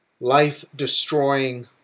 life-destroying